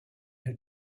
had